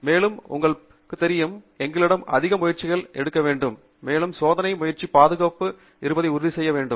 மேலும் உங்களுக்குத் தெரியும் எங்களிடம் அதிக முயற்சிகள் எடுக்க வேண்டும் மேலும் சோதனை முயற்சி பாதுகாப்பாக இருப்பதை உறுதி செய்ய வேண்டும்